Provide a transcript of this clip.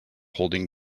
holding